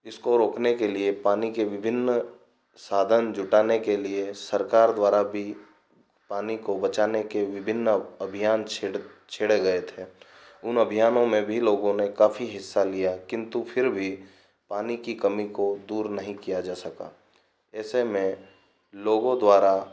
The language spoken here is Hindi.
इसको रोकने के लिए पानी के विभिन्न साधन जुटाने के लिए सरकार द्वारा भी पानी को बचाने के विभिन्न अभियान छेड़ छिड़ गए थे उन अभियानों में भी लोगों ने काफी हिस्सा लिया किंतु फिर भी पानी की कमी को दूर नहीं किया जा सका ऐसे में लोगों द्वारा